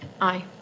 Aye